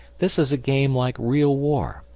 this is a game like real war,